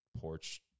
porch